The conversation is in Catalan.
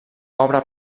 obra